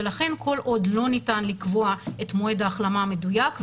ולכן כל עוד לא ניתן לקבוע את מועד ההחלמה המדויק,